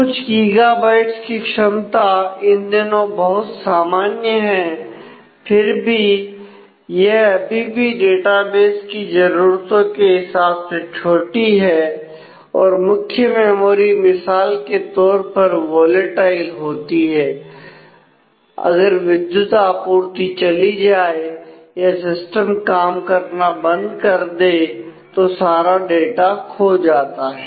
कुछ गीगाबाइट्स की क्षमता इन दिनों बहुत सामान्य है फिर भी यह अभी भी डेटाबेस की जरूरतों के हिसाब से छोटी है और मुख्य मेमोरी मिसाल के तौर पर वोलेटाइल होती है अगर विद्युत आपूर्ति चली जाए या सिस्टम काम करना बंद कर दे तो सारा डाटा खो जाता है